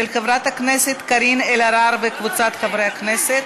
של חברת הכנסת קארין אלהרר וקבוצת חברי הכנסת.